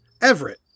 Everett